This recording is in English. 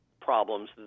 problems